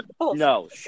No